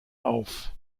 auf